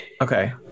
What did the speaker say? Okay